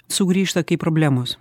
sugrįžta kaip problemos